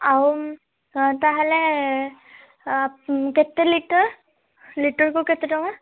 ଆଉ ତାହେଲେ କେତେ ଲିଟର୍ ଲିଟର୍କୁ କେତେ ଟଙ୍କା